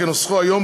כנוסחו היום,